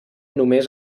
només